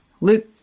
Luke